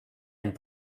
and